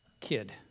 kid